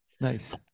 Nice